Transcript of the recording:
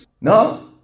No